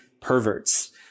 perverts